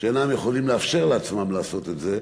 שאינן יכולות לאפשר לעצמן לעשות את זה.